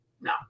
No